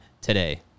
today